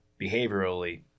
behaviorally